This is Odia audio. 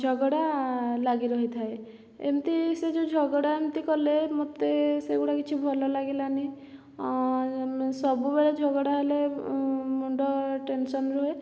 ଝଗଡ଼ା ଲାଗି ରହିଥାଏ ଏମିତି ସେ ଯେଉଁ ଝଗଡ଼ା ଏମିତି କଲେ ମୋତେ ସେଗୁଡ଼ା କିଛି ଭଲ ଲାଗିଲା ନି ସବୁବେଳେ ଝଗଡ଼ା ହେଲେ ମୁଣ୍ଡ ଟେନସନ ରୁହେ